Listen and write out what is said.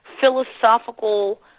philosophical